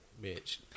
bitch